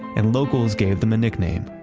and locals gave them a nickname,